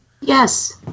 Yes